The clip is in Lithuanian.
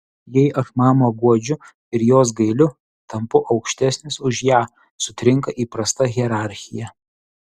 jei aš mamą guodžiu ir jos gailiu tampu aukštesnis už ją sutrinka įprasta hierarchija